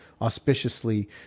auspiciously